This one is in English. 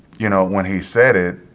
you know, when he said it,